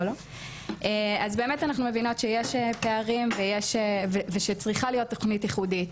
או לא אז באמת אנחנו מבינות שיש פערים ושצריכה להיות תוכנית ייחודית.